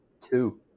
two